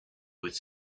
with